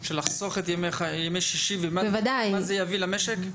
של לחסוך את ימי שישי ומה זה יביא למשק?